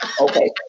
Okay